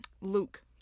Luke